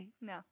No